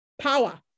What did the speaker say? power